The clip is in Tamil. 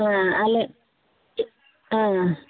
ஆ அலே